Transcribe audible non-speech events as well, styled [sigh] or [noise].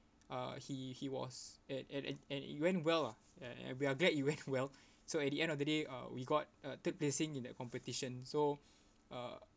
uh he he was and and and and it went well lah and we're glad it went well so at the end of the day we got a third placing in that competition so [breath] uh